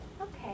Okay